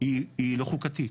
היא לא חוקתית.